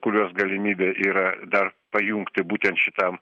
kuriuos galimybė yra dar pajungti būtent šitam